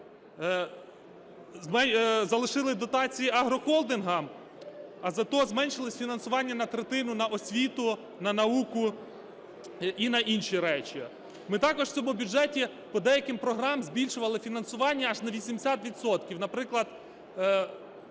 Залишили дотації агрохолдингам, а зате зменшились фінансування на третину на освіту, на науку і на інші речі. Ми також в цьому бюджеті по деяким програмам збільшували фінансування аж на 80 відсотків,